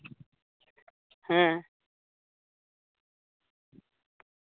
ᱦᱮᱸ